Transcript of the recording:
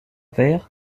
vers